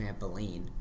trampoline